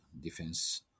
defense